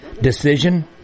decision